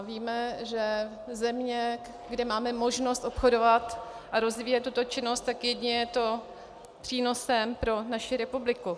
Víme, že země, kde máme možnost obchodovat a rozvíjet tuto činnost, tak jedině je to přínosem pro naši republiku.